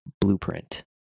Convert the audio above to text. blueprint